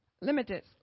Limited